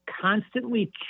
constantly